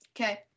Okay